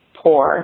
poor